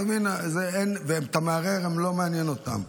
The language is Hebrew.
אתה מבין, אתה מערער, וזה לא מעניין אותם.